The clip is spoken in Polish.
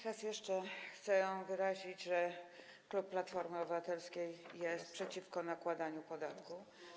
Raz jeszcze chcę wyrazić, że klub Platformy Obywatelskiej jest przeciwko nakładaniu podatku.